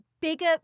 bigger